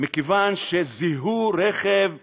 מכיוון שזיהו רכב ישראלי.